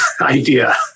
idea